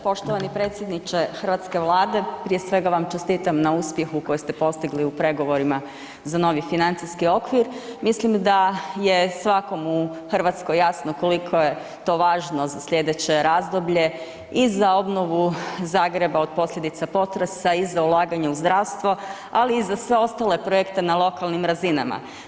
Poštovani predsjedniče Hrvatske vlade, prije svega vam čestitam na uspjehu koji ste postigli u pregovorima za novi financijski okvir, mislim da je svakom u Hrvatskoj koliko je to važno za slijedeće razdoblje i za obnovu Zagreba od posljedica potresa i za ulaganje u zdravstvo, ali i za sve ostale projekte na lokalnim razinama.